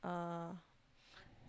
uh